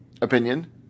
opinion